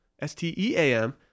S-T-E-A-M